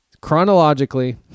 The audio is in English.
chronologically